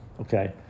okay